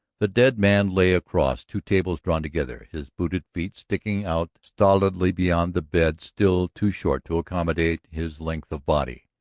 the dead man lay across two tables drawn together, his booted feet sticking out stolidly beyond the bed still too short to accommodate his length of body.